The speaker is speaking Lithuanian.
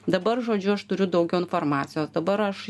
dabar žodžiu aš turiu daugiau informacijos dabar aš